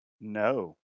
No